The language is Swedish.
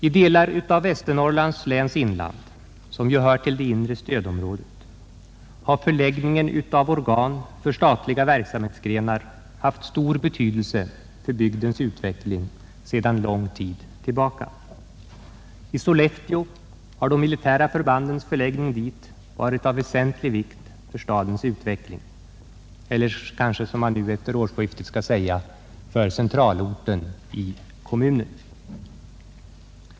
I delar av Västernorrlands läns inland, som ju hör till det inre stödområdet, har förläggningen av organ för statliga verksamhetsgrenar haft stor betydelse för bygdens utveckling sedan lång tid tillbaka. I Sollefteå har de militära förbandens förläggning dit varit av väsentlig vikt för stadens utveckling — eller kanske, som man nu efter årsskiftet skall säga, för centralorten i kommunen.